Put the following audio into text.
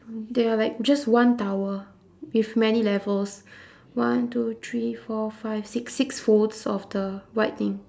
there are like just one tower with many levels one two three four five six six folds of the white thing